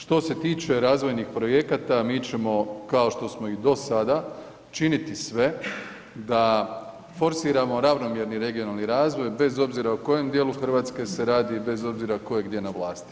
Što se tiče razvojnih projekata mi ćemo kao što smo i do sada činiti sve da forsiramo ravnomjerni regionalni razvoj bez obzira o kojem dijelu Hrvatske se radi i bez obzira tko je gdje na vlasti.